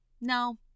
no